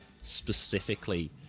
specifically